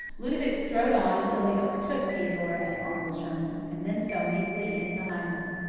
ludovic strode on until he overtook theodora and arnold sherman, and then fell meekly in behind them.